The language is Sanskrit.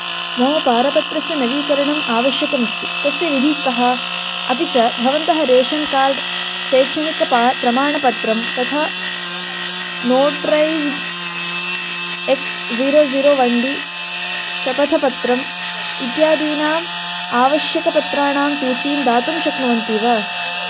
मम पारपत्रस्य नवीकरणम् आवश्यकम् अस्ति तस्य विधिः काा अपि च भवन्तः रेशन् कार्ड् शैक्षणिकं प्रमाणपत्रं तथा notarised X zero zero one D शपथपत्रम् इत्यादीनाम् आवश्यकपत्राणां सूचीं दातुं शक्नुवन्ति वा